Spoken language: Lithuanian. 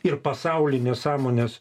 ir pasaulinės sąmonės